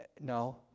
No